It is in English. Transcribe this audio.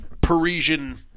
parisian